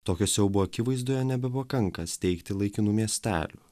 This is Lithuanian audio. tokio siaubo akivaizdoje nebepakanka steigti laikinų miestelių